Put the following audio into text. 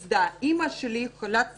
אמא שלי חולת סוכרת.